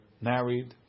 married